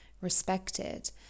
respected